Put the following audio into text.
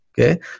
Okay